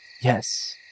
yes